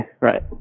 right